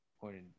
pointed